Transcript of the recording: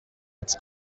its